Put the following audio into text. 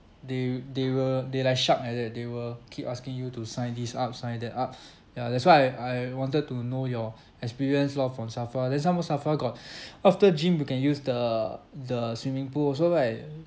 they they will they like shark like that they will keep asking you to sign this up sign that up ya that's why I I wanted to know your experience lor from SAFRA then some more SAFRA got after gym you can use the the swimming pool also right uh